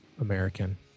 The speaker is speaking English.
American